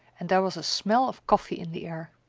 and there was a smell of coffee in the air.